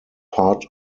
part